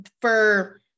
for-